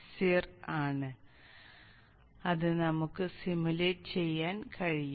cir ആണ് അത് നമുക്ക് സിമുലേറ്റ് ചെയ്യാൻ കഴിയും